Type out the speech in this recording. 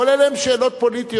כל אלה הן שאלות פוליטיות.